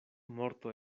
morto